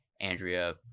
Andrea